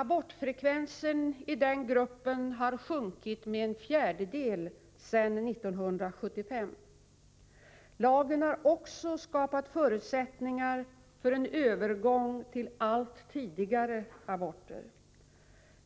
Abortfrekvensen i denna grupp har sjunkit med en fjärdedel sedan 1975. Lagen har också skapat förutsättningar för en övergång till allt tidigare aborter.